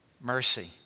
mercy